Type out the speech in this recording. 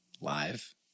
live